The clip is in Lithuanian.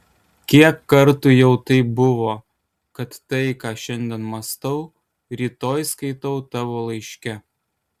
kiek kartų jau taip buvo kad tai ką šiandien mąstau rytoj skaitau tavo laiške